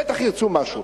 בטח ירצו משהו,